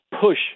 push